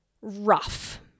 rough